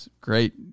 Great